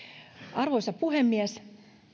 arvoisa puhemies